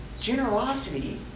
generosity